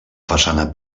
façana